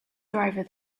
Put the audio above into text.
driver